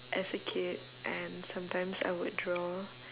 as a kid and sometimes I would draw